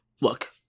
Look